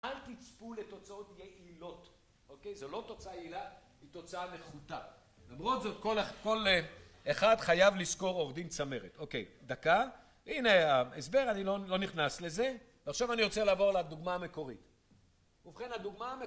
אל תצפו לתוצאות יעילות, אוקיי זה לא תוצאה יעילה היא תוצאה נחותה למרות זאת כל אחד חייב לשכור עורך דין צמרת אוקיי דקה הנה ההסבר אני לא נכנס לזה עכשיו אני רוצה לעבור לדוגמה המקורית ובכן הדוגמה המקורית